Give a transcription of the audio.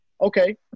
okay